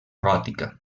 gòtica